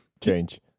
Change